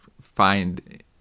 find